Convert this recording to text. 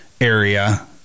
area